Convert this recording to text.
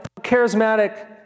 charismatic